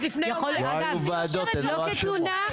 לא היו ועדות, הן לא אשמות.